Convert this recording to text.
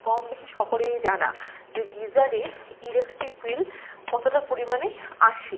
কম বেশি সকলেরই জানা যে গিজারে ইলেকট্রিক বিল কতোটা পরিমাণে আসে